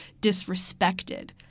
disrespected